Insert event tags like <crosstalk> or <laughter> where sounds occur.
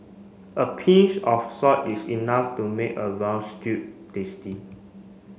a pinch of salt is enough to make a <unintelligible> stew tasty